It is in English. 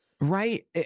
Right